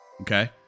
Okay